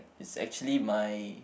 it's actually my